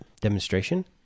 demonstration